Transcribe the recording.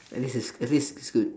at least it's at least it's good